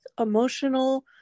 emotional